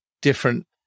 different